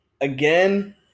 Again